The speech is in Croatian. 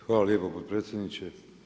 Hvala lijepo potpredsjedniče.